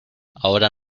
ahora